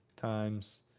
Times